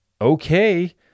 okay